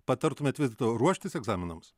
patartumėt vis dėlto ruoštis egzaminams